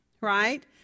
right